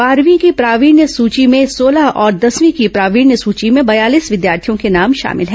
बारहवीं की प्रावीण्य सूची में सोलह और दसवीं की प्रावीण्य सूची में बयालीस विद्यार्थियों के नाम शामिल हैं